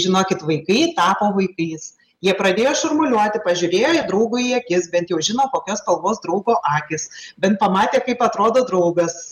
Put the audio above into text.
žinokit vaikai tapo vaikais jie pradėjo šurmuliuoti pažiūrėjo į draugui į akis bent jau žino kokios spalvos draugo akys bent pamatė kaip atrodo draugas